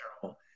terrible